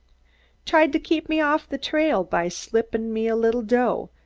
tried to keep me off the track by slippin' me a little dough.